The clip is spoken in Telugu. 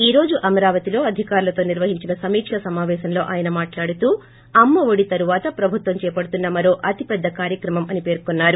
ఈ రోజు అమరావతిలో అధికారులతో నిర్వహించిన సమీకా సమావేశంలో ఆయన మాట్లాడుతూ అమ్మఒడి తర్వాత ప్రభుత్వం చేపడుతున్న మరో తితి పెద్ద కార్యక్రమం అని పేర్కొన్నారు